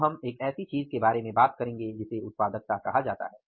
अब हम एक ऐसी चीज के बारे में बात करेंगे जिसे उत्पादकता कहा जाता है